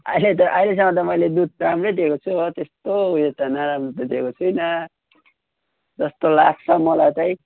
अहिले त अहिलेसम्म त मैले दुध राम्रै दिएको छु हो त्यस्तो उयो त नराम्रो त दिएको छुइनँ जस्तो लाग्छ मलाई चाहिँ